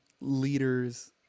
leaders